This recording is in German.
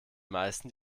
meisten